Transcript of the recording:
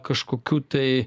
kažkokių tai